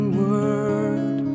word